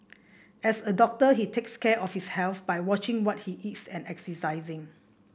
as a doctor he takes care of his health by watching what he eats and exercising